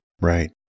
Right